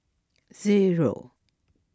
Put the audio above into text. zero